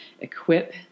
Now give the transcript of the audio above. equip